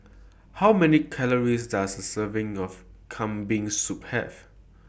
How Many Calories Does A Serving of Kambing Soup Have